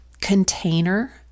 container